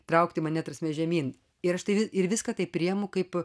traukti mane ta prasme žemyn ir aš tai ir viską taip priimu kaip